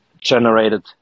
generated